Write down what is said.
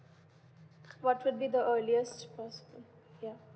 what would be the earliest first mm yeah